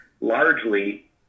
largely